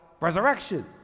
resurrection